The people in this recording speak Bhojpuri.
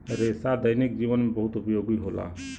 रेसा दैनिक जीवन में बहुत उपयोगी होला